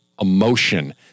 emotion